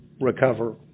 recover